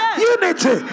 Unity